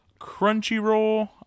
Crunchyroll